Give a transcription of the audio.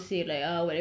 ya